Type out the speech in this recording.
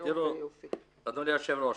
אדוני היושב-ראש,